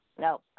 No